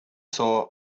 saw